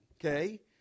okay